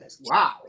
Wow